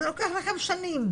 זה לוקח לכם שנים,